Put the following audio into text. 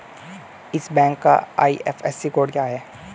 इस बैंक का IFSC code क्या है?